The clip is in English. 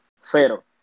cero